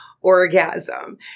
orgasm